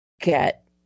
get